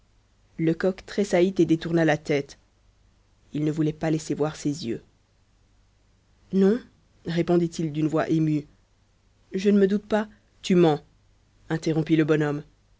lecoq tressaillit et détourna la tête il ne voulait pas laisser voir ses yeux non répondit-il d'une voix émue je ne me doute pas tu mens interrompit le bonhomme